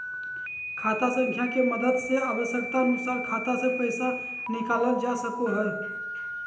खाता संख्या के मदद से आवश्यकता अनुसार खाते से पैसा निकालल जा सको हय